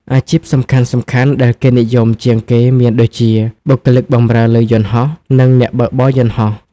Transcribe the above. អាជីពសំខាន់ៗដែលគេនិយមជាងគេមានដូចជា បុគ្គលិកបម្រើលើយន្តហោះ និង អ្នកបើកបរយន្តហោះ។